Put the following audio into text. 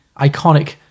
iconic